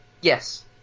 Yes